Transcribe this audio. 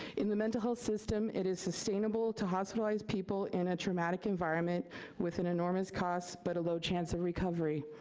in the mental health system, it is sustainable to hospitalize people in a traumatic environment with an enormous cost but a low chance of recovery,